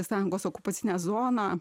sąjungos okupacinę zoną